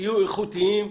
יהיו איכותיים,